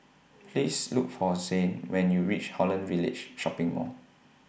Please Look For Zhane when YOU REACH Holland Village Shopping Mall